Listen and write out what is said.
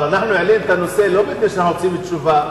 אבל אנחנו העלינו את הנושא לא מפני שאנחנו רוצים תשובה,